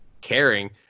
caring